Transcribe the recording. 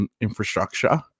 infrastructure